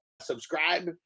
subscribe